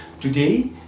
Today